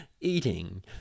eating